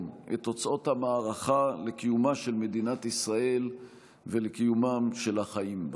את תוצאות המערכה לקיומה של מדינת ישראל ולקיומם של החיים בה.